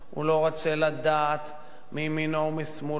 הוא לא רוצה לדעת מימינו ומשמאלו,